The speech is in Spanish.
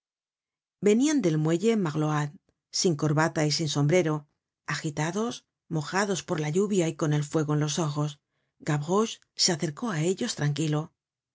venian del muelle morlaod sin corbata y sin sombrero agitados mojados por la lluvia y con el fuego en los ojos gavroche se acercó á á ellos tranquilo